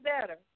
better